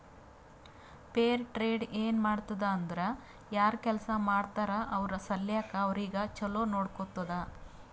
fair trade ಏನ್ ಮಾಡ್ತುದ್ ಅಂದುರ್ ಯಾರ್ ಕೆಲ್ಸಾ ಮಾಡ್ತಾರ ಅವ್ರ ಸಲ್ಯಾಕ್ ಅವ್ರಿಗ ಛಲೋ ನೊಡ್ಕೊತ್ತುದ್